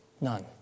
None